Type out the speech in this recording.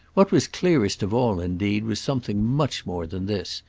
what was clearest of all indeed was something much more than this,